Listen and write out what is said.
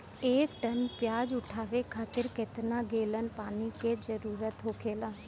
एक टन प्याज उठावे खातिर केतना गैलन पानी के जरूरत होखेला?